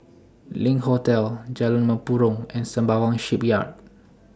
LINK Hotel Jalan Mempurong and Sembawang Shipyard